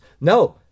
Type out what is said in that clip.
No